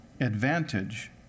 advantage